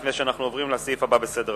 לפני שנעבור לסעיף הבא בסדר-היום.